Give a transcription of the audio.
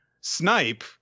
Snipe